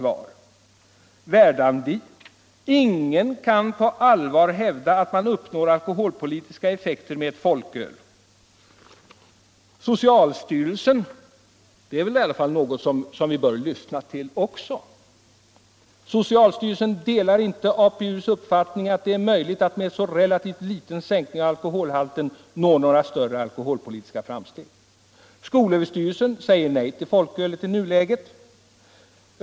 Verdandi: ”Ingen kan på allvar hävda att man uppnår alkoholpolitiska effekter med ett folköl.” Socialstyrelsen — det är väl i alla fall ett organ som vi bör lyssna till — delar inte APU:s uppfattning att det är möjligt att med en så relativt liten sänkning av alkoholhalten nå några större alkoholpolitiska framsteg. Skolöverstyrelsen säger nej till folkölet i nuläget.